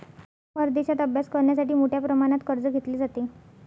परदेशात अभ्यास करण्यासाठी मोठ्या प्रमाणात कर्ज घेतले जाते